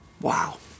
Wow